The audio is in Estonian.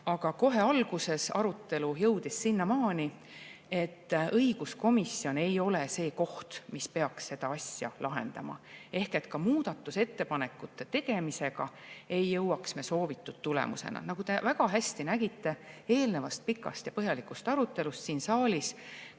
Aga kohe alguses jõudis arutelu sinnamaani, et õiguskomisjon ei ole see koht, kus peaks seda asja lahendama. Ka muudatusettepanekute tegemisega ei jõuaks me soovitud tulemuseni. Nagu te väga hästi nägite eelnevast pikast ja põhjalikust arutelust siin saalis,